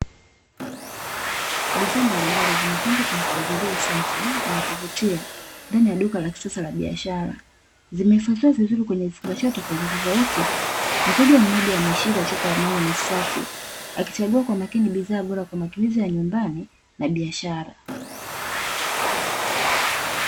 Bidhaa mbalimbali zimepangwa kwa mpangilio safi na wa kuvutia ndani ya duka la kisasa la biashara. Zimehifadhiwa vizuri kwenye vifungashio tofauti tofauti. Mtendaji mmoja ameshika chupa ya maji ni safi akichagua kwa makini bidhaa bora kwa matumizi ya nyumbani na biashara.